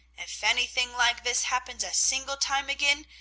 if anything like this happens a single time again,